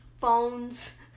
phones